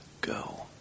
go